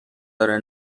داره